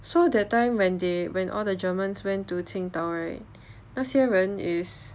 so that time when they when all the germans went to 青岛 right 那些人 is